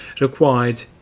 required